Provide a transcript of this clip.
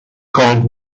called